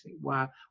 wow